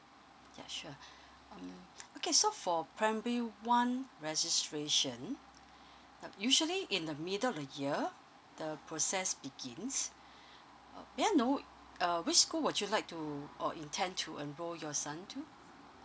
ya sure mm okay so for primary one registration uh usually in the middle of year the process begins uh may I know uh which school would you like to or intend to enroll your son to